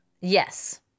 Yes